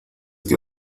que